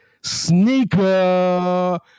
sneaker